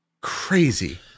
Crazy